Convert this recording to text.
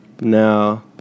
Now